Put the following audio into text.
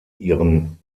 ihren